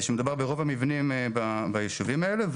שמדובר ברוב המבנים בישובים האלה.